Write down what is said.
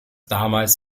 damals